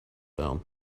down